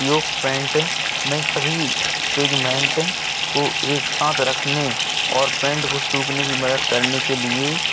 उपयोग पेंट में सभी पिगमेंट को एक साथ रखने और पेंट को सूखने की मदद करने के लिए